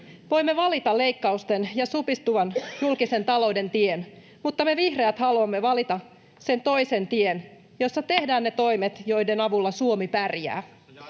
Voimme valita leikkausten ja supistuvan julkisen talouden tien, mutta me vihreät haluamme valita sen toisen tien, jolla tehdään ne toimet, joiden avulla Suomi pärjää.